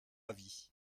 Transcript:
avis